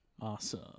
Awesome